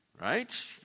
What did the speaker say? Right